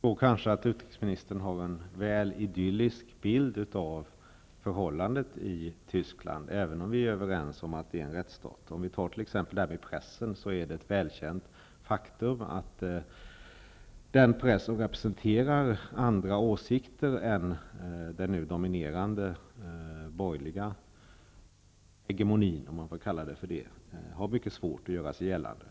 Fru talman! Utrikesministern har nog en litet väl idyllisk bild av förhållandena i Tyskland. Men vi är överens om att det är fråga om en rättsstat. När det gäller t.ex. pressen är det ju ett välkänt faktum att den representerar andra åsikter än den nu dominerande borgerliga hegemonin -- om jag nu får använda det uttrycket -- och har mycket svårt att göra sig gällande.